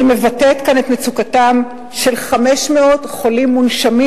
אני מבטאת כאן את מצוקתם של 500 חולים מונשמים